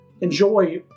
enjoy